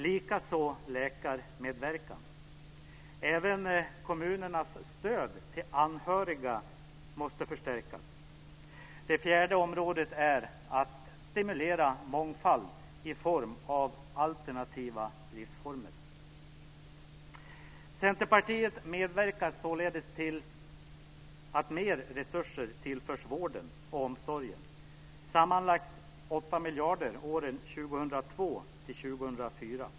Likaså måste läkarmedverkan säkras. Även kommunernas stöd till anhöriga måste förstärkas. Vi måste också stimulera mångfald i form av alternativa livsformer. Centerpartiet medverkar således till att mer resurser tillförs vården och omsorgen - sammanlagt 8 miljarder åren 2002-2004.